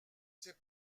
s’est